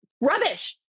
Rubbish